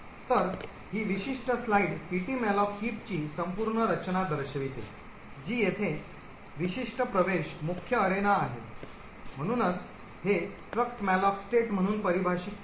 तर ही विशिष्ट स्लाइड ptmalloc heap ची संपूर्ण रचना दर्शविते जी येथे विशिष्ट प्रवेश मुख्य अरेना आहे म्हणूनच हे struct malloc state म्हणून परिभाषित केले आहे